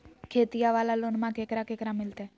खेतिया वाला लोनमा केकरा केकरा मिलते?